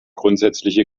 grundsätzliche